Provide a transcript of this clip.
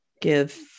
give